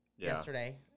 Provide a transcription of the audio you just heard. Yesterday